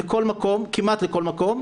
כמעט לכל מקום,